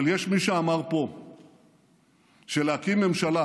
אבל יש מי שאמר פה שלהקים ממשלה